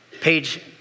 page